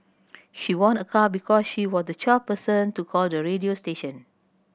she won a car because she was the twelfth person to call the radio station